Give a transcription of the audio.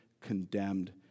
condemned